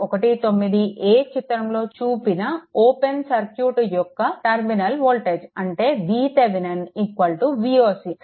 19a చిత్రంలో చూపిన open circuit యొక్క టర్మినల్ వోల్టేజ్ అంటే VThevenin Voc